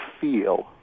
feel